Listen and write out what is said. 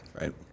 Right